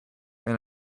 and